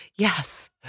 Yes